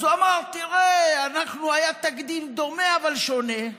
אז הוא אמר: תראה, היה תקדים דומה אבל שונה,